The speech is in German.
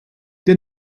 der